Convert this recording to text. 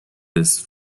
this